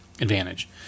advantage